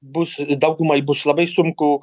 bus daugumai bus labai sunku